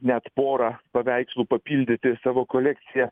net pora paveikslų papildyti savo kolekciją